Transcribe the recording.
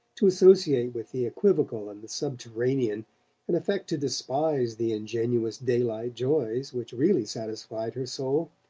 to associate with the equivocal and the subterranean and affect to despise the ingenuous daylight joys which really satisfied her soul.